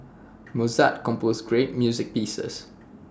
Mozart composed great music pieces